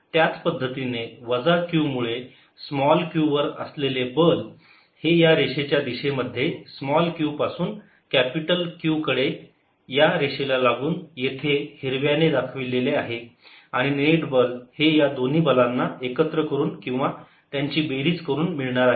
त्याच पद्धतीने वजा Q मुळे स्मॉल q वर असलेले बल हे या रेषेच्या दिशेमध्ये स्मॉल q पासून कॅपिटल Q कडे या रेषेला लागून येथे हिरव्या ने दाखवलेली आहे आणि नेट बल हे या दोन्ही बलांना एकत्र करून किंवा त्यांची बेरीज करून मिळणार आहे